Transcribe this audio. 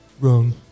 Wrong